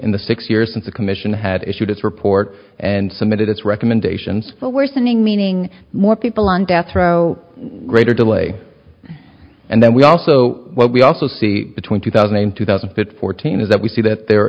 in the six years since the commission had issued its report and submitted its recommendations the worsening meaning more people on death row greater delay and then we also what we also see between two thousand and two thousand and fourteen is that we see that there